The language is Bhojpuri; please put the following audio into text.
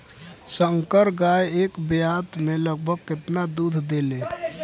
संकर गाय एक ब्यात में लगभग केतना दूध देले?